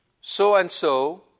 so-and-so